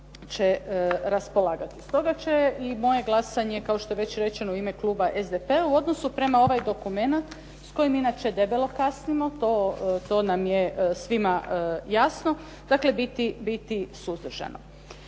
Stoga će i moje glasanje kao što je već rečeno u ime kluba SDP-a u odnosu prema ovaj dokumenat s kojim inače debelo kasnimo, to nam je svima jasno, dakle biti suzdržano.